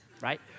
right